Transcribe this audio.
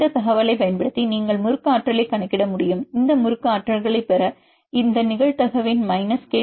இந்த தகவலைப் பயன்படுத்தி நீங்கள் முறுக்கு ஆற்றலைக் கணக்கிட முடியும் இது முறுக்கு ஆற்றல்களைப் பெற இந்த நிகழ்தகவின் மைனஸ் கே